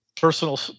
personal